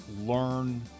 learn